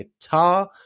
guitar